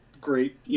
great